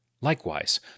Likewise